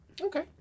Okay